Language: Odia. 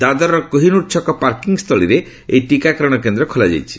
ଦାଦର୍ କୋହିନୂର ଛକ ପାର୍କିଂ ସ୍ଥଳୀରେ ଏଇ ଟିକାକରଣ କେନ୍ଦ୍ର ଖୋଲା ଯାଇଛି